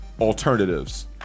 alternatives